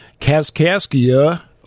Kaskaskia